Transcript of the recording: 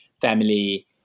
family